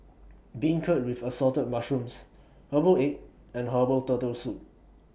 Beancurd with Assorted Mushrooms Herbal Egg and Herbal Turtle Soup